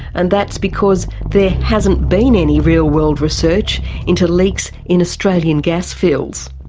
and that's because there hasn't been any real-world research into leaks in australian gas fields.